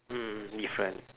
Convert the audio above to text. mm different